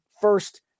first